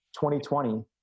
2020